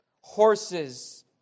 horses